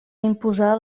imposar